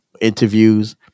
interviews